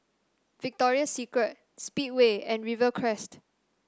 Victoria Secret Speedway and Rivercrest